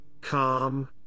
calm